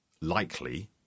likely